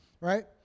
right